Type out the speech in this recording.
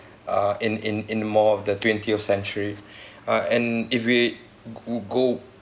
uh in in in more of the twentieth century uh and if we would go